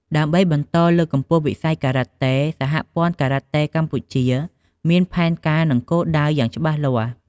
ដើម្បីបន្តលើកកម្ពស់វិស័យការ៉ាតេ សហព័ន្ធការ៉ាតេកម្ពុជាមានផែនការ និងគោលដៅយ៉ាងច្បាស់លាស់៖